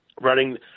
running